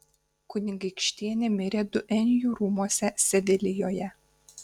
kunigaikštienė mirė duenjų rūmuose sevilijoje